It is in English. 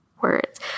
words